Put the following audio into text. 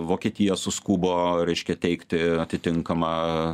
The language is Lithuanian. vokietija suskubo reiškia teikti atitinkamą